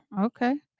okay